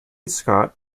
scott